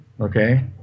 Okay